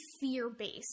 fear-based